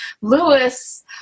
lewis